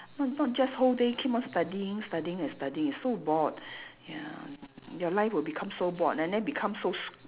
not not just whole day keep on studying studying and studying so bored ya your life will become so bored and then become so s~